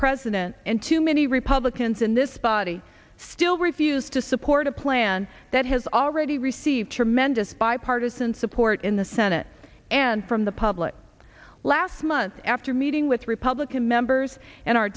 president and too many republicans in this body still refuse to support a plan that has already received tremendous bipartisan support in the senate and from the public last month after meeting with republican members and our